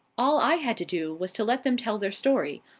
all i had to do was to let them tell their story.